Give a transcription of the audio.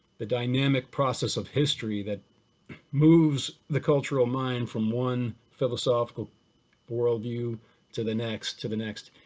the dynamic process of history that moves the cultural mind from one philosophical world view to the next, to the next,